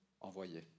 envoyé